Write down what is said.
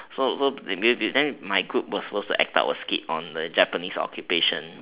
so so the the then my group was supposed to act a skit on the japanese occupation